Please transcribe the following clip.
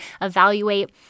evaluate